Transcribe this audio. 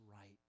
right